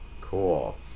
Cool